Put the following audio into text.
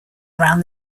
around